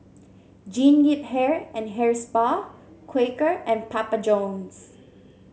Jean Yip Hair and Hair Spa Quaker and Papa Johns